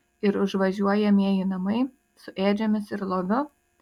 ir užvažiuojamieji namai su ėdžiomis ir loviu